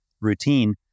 routine